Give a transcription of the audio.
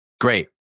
Great